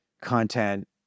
content